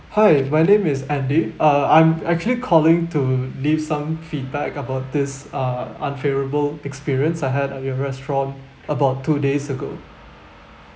hi my name is andy uh I'm actually calling to leave some feedback about this uh unfavourable experience I had at your restaurant about two days ago